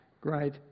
great